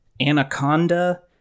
Anaconda